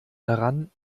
daran